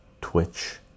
Twitch